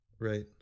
Right